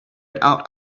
out